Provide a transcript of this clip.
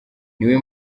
niwe